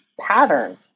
pattern